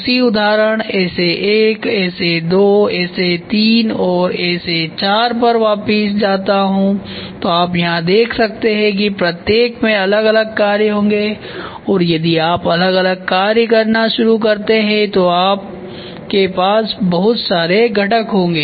उसी उदाहरण SA1 SA2 SA3 और SA4 पर वापस जाता हूं तो आप यहां देख सकते हैं कि प्रत्येक में अलग अलग कार्य होंगे और यदि आप अलग अलग कार्य करना शुरू करते हैं तो आपके पास बहुत सारे घटक होंगे